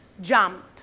Jump